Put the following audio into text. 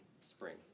spring